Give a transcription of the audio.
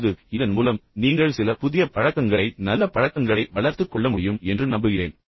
இப்போது இதன் மூலம் நீங்கள் சில புதிய பழக்கங்களை நல்ல பழக்கங்களை வளர்த்துக் கொள்ள முடியும் என்று நம்புகிறேன்